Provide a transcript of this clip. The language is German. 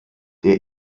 der